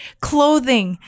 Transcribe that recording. clothing